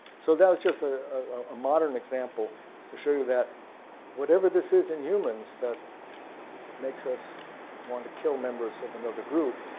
so that was just a ah modern example to show you that whatever this is in humans that makes us want to kill members of another group,